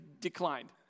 declined